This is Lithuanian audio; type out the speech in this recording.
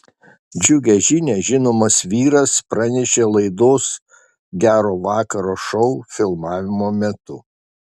džiugią žinią žinomas vyras pranešė laidos gero vakaro šou filmavimo metu